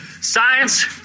Science